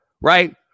right